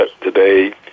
today